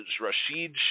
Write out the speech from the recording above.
Rashid